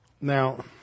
Now